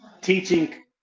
teaching